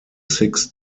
six